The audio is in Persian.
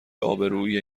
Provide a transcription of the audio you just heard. آبروئیه